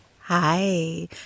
Hi